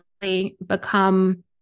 become